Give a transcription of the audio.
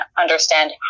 understand